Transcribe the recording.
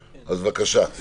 בבקשה.